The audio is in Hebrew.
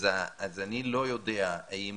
אז אני לא יודע אם